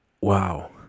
wow